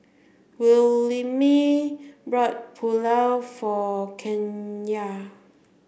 Williemae bought Pulao for Kenia